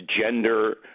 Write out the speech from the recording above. gender